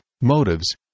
motives